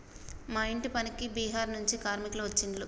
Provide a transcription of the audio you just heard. మా ఇంటి పనికి బీహార్ నుండి కార్మికులు వచ్చిన్లు